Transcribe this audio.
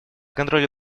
контроле